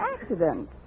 accident